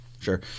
sure